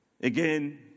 again